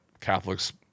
Catholics